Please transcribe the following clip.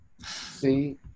See